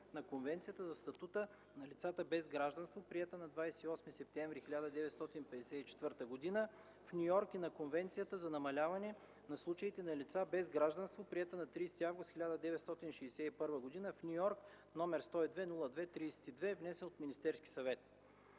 на Конвенцията за статута на лицата без гражданство, приета на 28 септември 1954 г. в Ню Йорк, и на Конвенцията за намаляване на случаите на лица без гражданство, приета на 30 август 1961 г. в Ню Йорк, № 102–02–32, внесен от Министерски съвет.